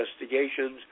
investigations